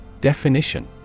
Definition